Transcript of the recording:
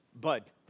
Bud